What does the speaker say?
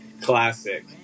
Classic